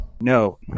No